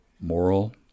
moral